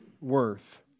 worth